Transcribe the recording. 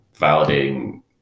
Validating